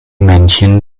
männchen